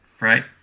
Right